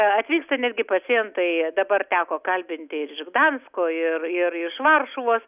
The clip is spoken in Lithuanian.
atvyksta netgi pacientai dabar teko kalbinti ir iš dansko ir ir iš varšuvos